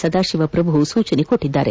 ಸದಾಶಿವ ಪ್ರಭು ಸೂಚಿಸಿದ್ದಾರೆ